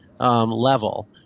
Level